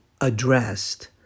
addressed